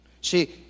See